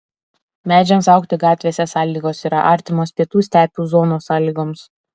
medžiams augti gatvėse sąlygos yra artimos pietų stepių zonos sąlygoms